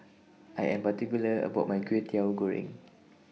I Am particular about My Kwetiau Goreng